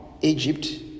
Egypt